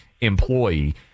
employee